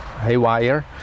haywire